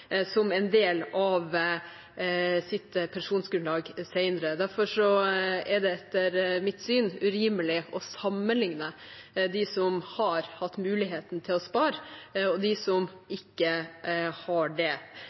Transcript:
som en del av sitt pensjonsgrunnlag senere. Derfor er det etter mitt syn urimelig å sammenligne de som har hatt muligheten til å spare, med de som ikke har hatt det.